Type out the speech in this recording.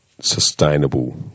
sustainable